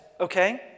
okay